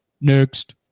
next